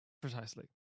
Precisely